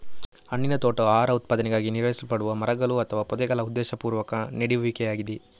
ಹಣ್ಣಿನ ತೋಟವು ಆಹಾರ ಉತ್ಪಾದನೆಗಾಗಿ ನಿರ್ವಹಿಸಲ್ಪಡುವ ಮರಗಳು ಅಥವಾ ಪೊದೆಗಳ ಉದ್ದೇಶಪೂರ್ವಕ ನೆಡುವಿಕೆಯಾಗಿದೆ